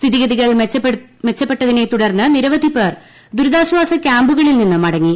സ്ഥിതിഗതികൾ മെച്ചപ്പെട്ടതിനെതുടർന്ന് നിരവധിപേർ ദുരിതാശ്വാസ ക്യാമ്പുകളിൽ നിന്ന് മടങ്ങി